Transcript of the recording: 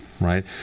Right